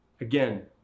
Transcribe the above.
again